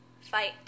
fight